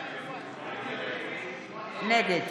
נגד